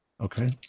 Okay